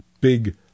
big